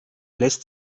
lässt